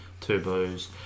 turbos